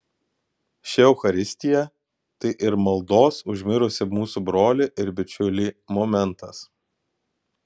ši eucharistija tai ir maldos už mirusį mūsų brolį ir bičiulį momentas